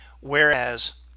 whereas